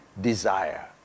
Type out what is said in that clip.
desire